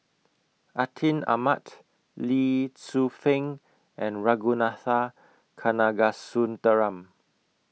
Atin Amat Lee Tzu Pheng and Ragunathar Kanagasuntheram